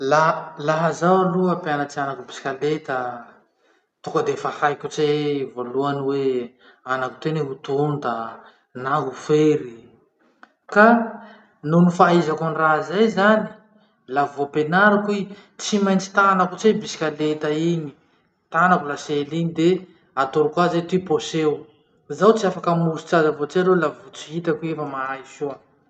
La- laha zaho aloha hampianatsy anako bisikileta, tonga defa haiko tse i voalohany hoe anako toy anie ho tonta na ho fery. Ka nohon'ny fahaizako any raha zay zany, laha vao ampianariko i, tsy maintsy tanako tse bisikileta iny, tanako lasely iny, de atoroko azy hoe ty poseo. Zaho tsy afaky hamosotsy azy avao tse laha vo tsy hitako i fa mahay soa.